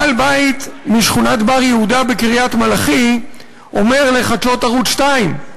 בעל-בית משכונת בר-יהודה בקריית-מלאכי אומר לחדשות ערוץ 2: